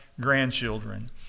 grandchildren